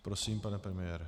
Prosím, pane premiére.